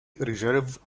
reserve